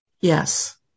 Yes